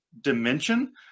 dimension